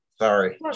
sorry